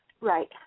Right